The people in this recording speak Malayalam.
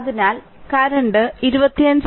അതിനാൽ കറന്റ് 2